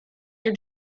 your